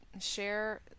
share